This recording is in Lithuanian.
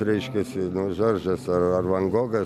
reiškiasi nu žordžas ar van gogas